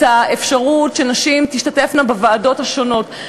האפשרות שנשים תשתתפנה בוועדות השונות.